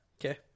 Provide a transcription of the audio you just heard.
Okay